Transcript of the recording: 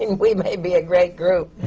and we may be a great group.